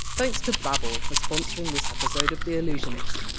thanks to babbel for sponsoring this episode of the allusionist.